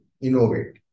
innovate